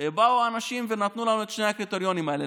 באו אנשים ונתנו לנו את שני הקריטריונים האלה: